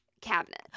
cabinet